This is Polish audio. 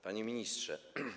Panie Ministrze!